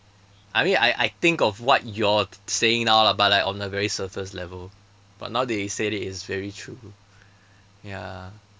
I mean I I think of what you're saying now lah but like on a very surface level but now that you said it it's very true ya